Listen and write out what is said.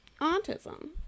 autism